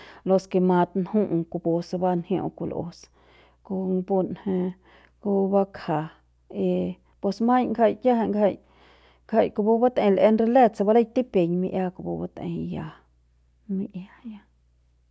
Los ke mat nju'u kupu se ba njiu'u kul'us kon ju punje pu bakja y pus maiñ ngja kiajai ngjai ngjai kupu batei l'en re let se baleik tipiñ mi'ia kupu batei ya.